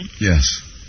Yes